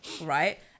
right